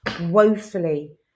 woefully